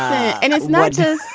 and it's not just.